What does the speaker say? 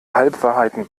halbwahrheiten